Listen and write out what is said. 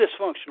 dysfunctional